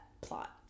plot